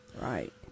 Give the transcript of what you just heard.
Right